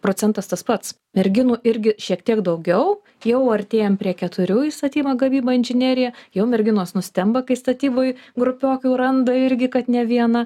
procentas tas pats merginų irgi šiek tiek daugiau jau artėjam prie keturių į statybą gamybą inžineriją jau merginos nustemba kai statyboj grupiokių randa irgi kad ne viena